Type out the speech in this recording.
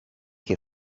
che